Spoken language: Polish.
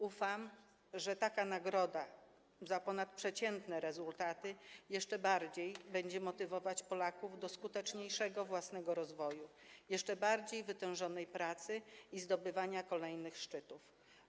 Ufam, że taka nagroda za ponadprzeciętne rezultaty jeszcze bardziej będzie motywować Polaków do skuteczniejszego własnego rozwoju, jeszcze bardziej wytężonej pracy i zdobywania kolejnych szczytów.